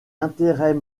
intérêts